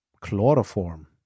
chloroform